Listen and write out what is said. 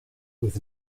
with